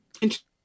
interesting